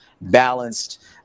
balanced